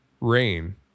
rain